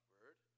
Word